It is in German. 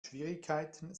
schwierigkeiten